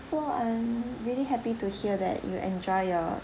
so I'm really happy to hear that you enjoy your